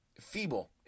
feeble